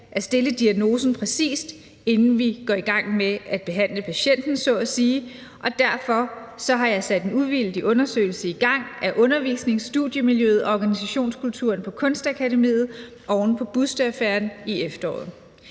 at stille diagnosen præcist, inden vi går i gang med – så at sige – behandle patienten, og derfor har jeg sat en uvildig undersøgelse i gang af undervisnings- og studiemiljøet og organisationskulturen på Kunstakademiet oven på busteaffæren i efteråret.